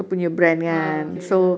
ah okay ya